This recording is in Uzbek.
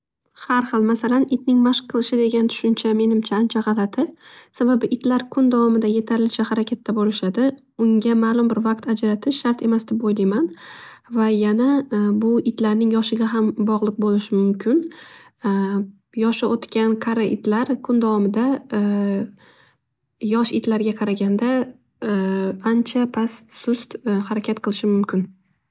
Har xil masalan itning mashq qilishi degan tushuncha ancha g'alati. Sababi itlar kun davomida yetarlicha harakatda bo'lishadi. Unga ma'lim bir vaqt ajratish shart emas deb o'yliman. Va yana bu itlarning yoshiga ham bog'liq bo'lishi mumkin. Yoshi o'tgan qari itlar kun davomida yosh itlarga qaraganda ancha past sust harakat qilishi mumkin.